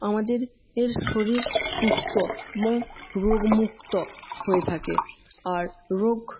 আমাদের শরীর সুস্থ এবং রোগ মুক্ত হয়ে থাকে আর রোগ